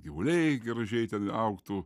gyvuliai gražiai ten augtų